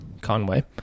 Conway